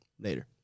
Later